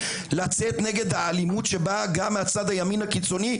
לצאת נגד אלימות שבאה גם מצד הימין הקיצוני,